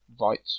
right